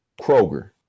Kroger